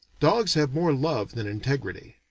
dogs have more love than integrity.